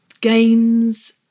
Games